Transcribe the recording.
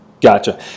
Gotcha